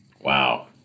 Wow